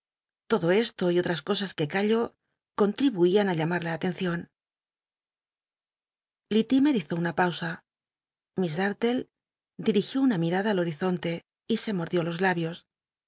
todo esto y otras cosas que callo contril uian t llamar la atencion litlimcr hizo una pausa miss dar'llc dil'igió una mirada al horizonte y se mordió los labios